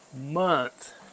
month